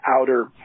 outer